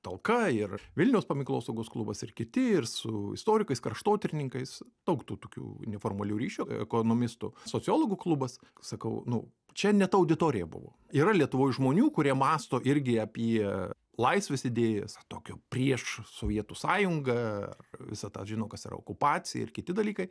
talka ir vilniaus paminklosaugos klubas ir kiti ir su istorikais kraštotyrininkais daug tų tokių neformalių ryšio ekonomistų sociologų klubas sakau nu čia ne ta auditorija buvo yra lietuvoj žmonių kurie mąsto irgi apie laisvės idėjas tokio prieš sovietų sąjungą visą tą žino kas yra okupacija ir kiti dalykai